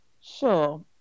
Sure